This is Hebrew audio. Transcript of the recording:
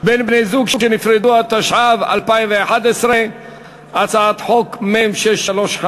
בין בני-זוג שנפרדו, התשע"ב 2011. הצעת חוק מ/635.